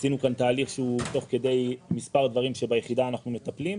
עשינו כאן תהליך שהוא תוך כדי מספר דברים שביחידה אנחנו מטפלים בהם.